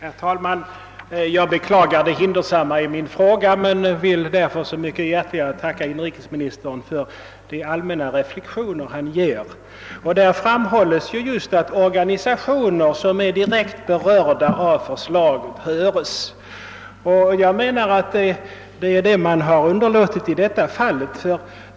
Herr talman! Jag beklagar det hindersamma i min fråga men vill därför så mycket hjärtligare tacka inrikesministern för de allmänna reflexioner han gör. Där framhålles just att organisationer som är direkt berörda av förslaget höres. Jag menar att det är detta man har underlåtit att göra i det här fallet.